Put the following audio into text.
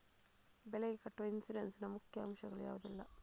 ಬೆಳೆಗೆ ಕಟ್ಟುವ ಇನ್ಸೂರೆನ್ಸ್ ನ ಮುಖ್ಯ ಅಂಶ ಗಳು ಯಾವುದೆಲ್ಲ?